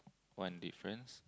one difference